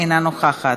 אינה נוכחת,